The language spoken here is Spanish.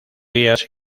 días